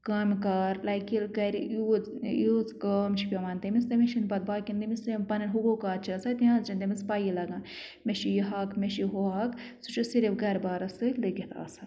کامہِ کار لایک ییٚلہِ گَرِ یوٗت ییٖژ کٲم چھِ پٮ۪وان تٔمِس تٔمِس چھِنہٕ پَتہٕ باقٕیَن تٔمِس یِم پنٕنۍ حقوٗقات چھِ آسان تِہٕنٛز چھَنہٕ تٔمِس پییی لَگان مےٚ چھِ یہِ حق مےٚ چھُ ہُہ حق سُہ چھِ صرف گَرٕبارَس سۭتۍ لٔگِتھ آسان